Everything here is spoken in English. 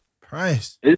price